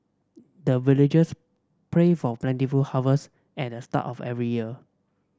the villagers pray for plentiful harvest at the start of every year